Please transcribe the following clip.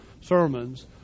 sermons